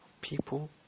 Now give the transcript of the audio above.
people